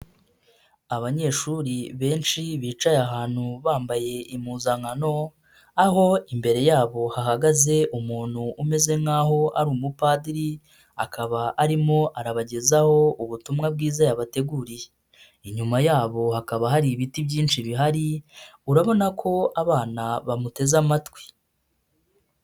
Abanyeshuri benshi bicaye ahantu bambaye impuzankano, aho imbere yabo hahagaze umuntu umeze nk'aho ari umupadiri akaba arimo arabagezaho ubutumwa bwiza yabateguriye, inyuma yabo hakaba hari ibiti byinshi bihari urabona ko abana bamuteze amatwi.